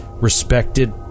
respected